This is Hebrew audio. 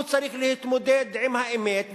הוא צריך להתמודד עם האמת,